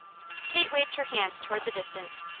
kate waved her hand toward the distance.